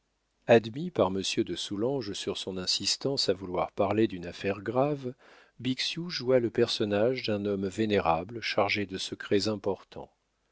admis par monsieur de soulanges sur son insistance à vouloir parler d'une affaire grave bixiou joua le personnage d'un homme vénérable chargé de secrets importants